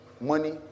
Money